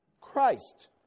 Christ